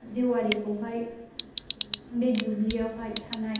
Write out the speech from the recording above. जेवारिखौ बे दुब्लियावहाय थानाय